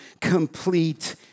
complete